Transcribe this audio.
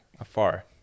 afar